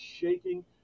shaking